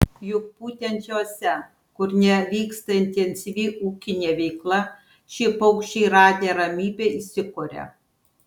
juk būtent jose kur nevyksta intensyvi ūkinė veikla šie paukščiai radę ramybę įsikuria